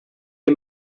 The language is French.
les